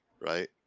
right